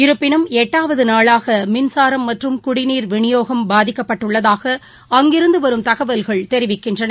இருப்பினும் எட்டாவதுநாளாகமின்சாரம் மற்றும் குடிநீர் விநியோகம் பாதிக்கப்பட்டுள்ளதாக அங்கிருந்துவரும் தகவல்கள் தெரிவிக்கின்றன்